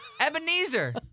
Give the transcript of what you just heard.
Ebenezer